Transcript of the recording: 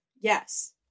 Yes